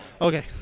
Okay